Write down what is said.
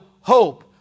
hope